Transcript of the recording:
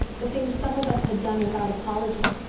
the things some of us had done without apology,